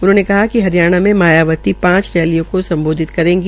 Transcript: उन्होंने कहा कि हरियाणा में मायावती पांच रैलियों को सम्बोधित करेगी